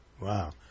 wow